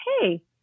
Hey